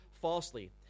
falsely